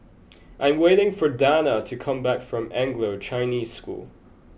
I am waiting for Dana to come back from Anglo Chinese School